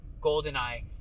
Goldeneye